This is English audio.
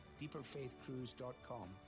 deeperfaithcruise.com